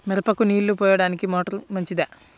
మిరపకు నీళ్ళు పోయడానికి మోటారు మంచిదా?